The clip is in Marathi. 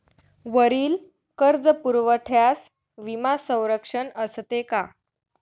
वरील कर्जपुरवठ्यास विमा संरक्षण असते का?